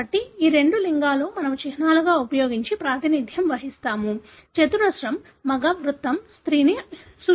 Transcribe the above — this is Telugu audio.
కాబట్టి ఈ రెండు లింగాలు మేము చిహ్నాలను ఉపయోగించి ప్రాతినిధ్యం వహిస్తాము చతురస్రం మగ వృత్తం స్త్రీని సూచిస్తుంది